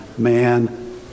man